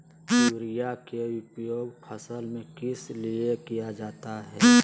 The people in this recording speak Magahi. युरिया के उपयोग फसल में किस लिए किया जाता है?